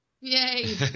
Yay